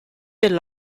del